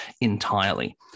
entirely